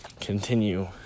continue